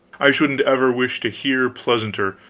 i shouldn't ever wish to hear pleasanter,